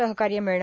सहकार्य मिळणार